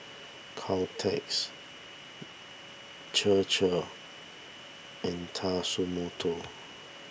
Caltex Chir Chir and Tatsumoto